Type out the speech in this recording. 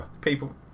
people